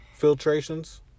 Filtrations